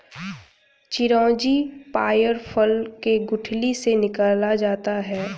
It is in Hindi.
चिरौंजी पयार फल के गुठली से निकाला जाता है